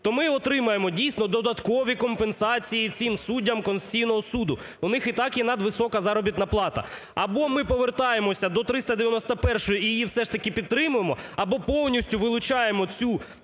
то ми отримаємо, дійсно, додаткові компенсації цим суддям Конституційного Суду. У них і так є надвисока заробітна плата. Або ми повертаємося до 391 і її все ж таки підтримуємо, або повністю вилучаємо цю